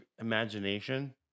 imagination